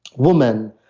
woman,